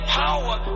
power